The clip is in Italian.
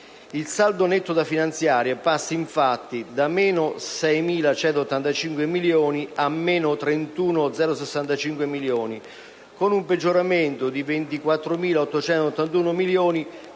Il saldo netto da finanziare passa infatti da - 6.185 milioni a - 31.065 milioni, con un peggioramento di 24.881 milioni,